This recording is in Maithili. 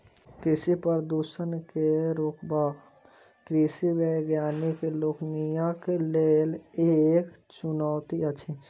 कृषि प्रदूषण के रोकब कृषि वैज्ञानिक लोकनिक लेल एक चुनौती अछि